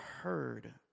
heard